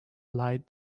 lied